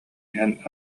иһэн